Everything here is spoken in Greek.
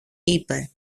είπε